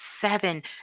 seven